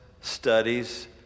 studies